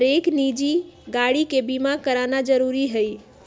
हरेक निजी गाड़ी के बीमा कराना जरूरी हई